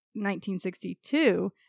1962